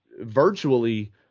virtually